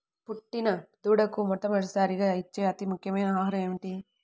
పుట్టిన దూడకు మొట్టమొదటిసారిగా ఇచ్చే అతి ముఖ్యమైన ఆహారము ఏంటి?